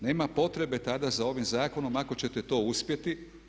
Nema potrebe tada za ovim zakonom ako ćete to uspjeti.